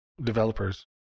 developers